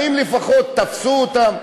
האם לפחות תפסו אותם?